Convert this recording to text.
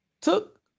took